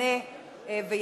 מרינה סולודקין ושלי יחימוביץ,